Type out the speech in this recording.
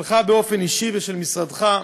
שלך באופן אישי ושל משרדך,